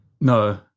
no